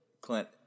Clint